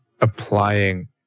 applying